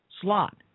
slot